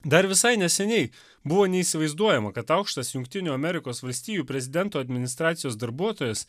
dar visai neseniai buvo neįsivaizduojama kad aukštas jungtinių amerikos valstijų prezidento administracijos darbuotojas